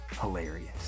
hilarious